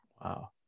wow